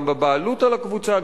גם בבעלות על הקבוצה,